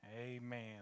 Amen